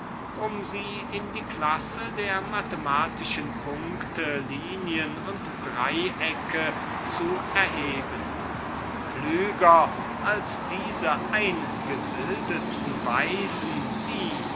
um sie in die klasse der idealischen wesen der mathematischen punkte linien und dreiecke zu erhöhen klüger als diese eingebildeten weisen die